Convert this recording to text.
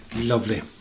Lovely